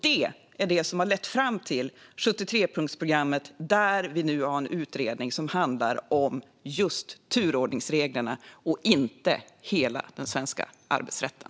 Det är det som har lett fram till 73-punktsprogrammet. Vi har nu en utredning som handlar om just turordningsreglerna och inte hela den svenska arbetsrätten.